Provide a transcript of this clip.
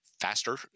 faster